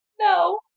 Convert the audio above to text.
no